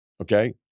Okay